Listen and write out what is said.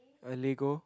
a lego